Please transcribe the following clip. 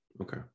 Okay